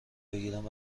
بگیرند